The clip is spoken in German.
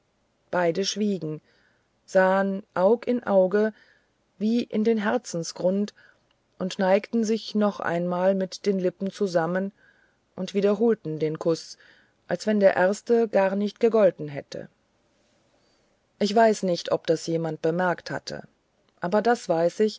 beide schwiegen sahen aug in auge wie in den herzensgrund neigten sich noch einmal mit den lippen zusammen und wiederholten den kuß als wenn der erste gar nicht gegolten hätte ich weiß nicht ob das jemand bemerkt hatte aber das weiß ich